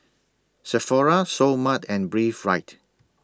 Sephora Seoul Mart and Breathe Right